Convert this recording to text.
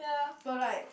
but like